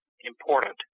important